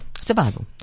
Survival